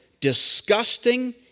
disgusting